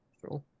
Sure